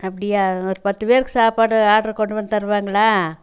அப்படியா ஒரு பத்துப்பேருக்கு சாப்பாடு ஆடர் கொண்டுவந்து தருவார்களா